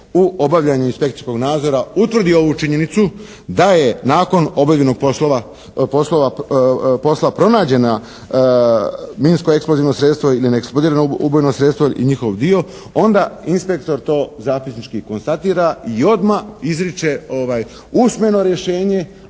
u obavljanju inspekcijskog nadzora utvrdi ovu činjenicu, da je nakon obavljenog posla pronađena minsko-eksplozivno sredstvo ili neeksplodirano ubojno sredstvo i njihov dio, onda inspektor to zapisnički konstatira i odmah izriče usmeno rješenje.